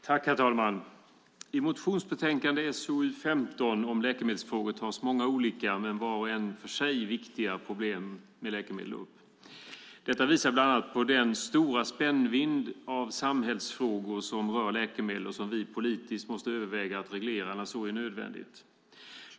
Herr talman! I motionsbetänkande SoU15 om läkemedelsfrågor tas många olika, men vart och ett för sig viktiga, problem med läkemedel upp. Detta visar bland annat på den stora spännvidd av samhällsfrågor som rör läkemedel och som vi politiskt måste överväga att reglera när så är nödvändigt.